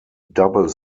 double